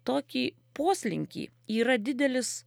tokį poslinkį yra didelis